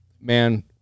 man